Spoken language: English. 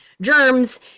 germs